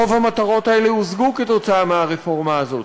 רוב המטרות האלה הושגו בזכות הרפורמה הזאת.